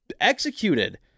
executed